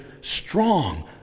strong